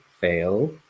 fail